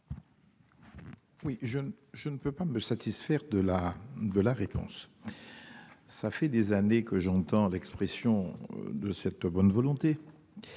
vote. Je ne peux me satisfaire de cette réponse. Cela fait des années que j'entends l'expression de cette bonne volonté.